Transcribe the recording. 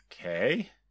Okay